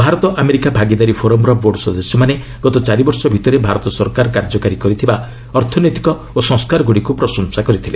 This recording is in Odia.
ଭାରତ ଆମେରିକା ଭାଗିଦାରୀ ଫୋରମ୍ର ବୋର୍ଡ ସଦସ୍ୟମାନେ ଗତ ଚାରିବର୍ଷ ଭିତରେ ଭାରତ ସରକାର କାର୍ଯ୍ୟକାରୀ କରିଥିବା ଅର୍ଥନୈତିକ ଓ ସଂସ୍କାରଗୁଡ଼ିକୁ ପ୍ରଶଂସା କରିଥିଲେ